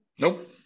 Nope